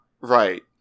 Right